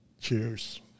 Cheers